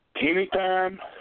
Anytime